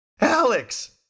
Alex